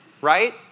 Right